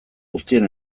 guztien